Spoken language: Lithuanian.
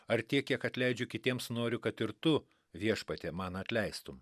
ar tiek kiek atleidžiu kitiems noriu kad ir tu viešpatie man atleistum